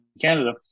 Canada